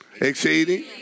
Exceeding